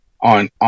on